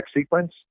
sequence